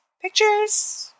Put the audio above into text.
pictures